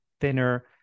thinner